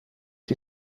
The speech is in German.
die